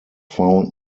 found